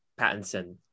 Pattinson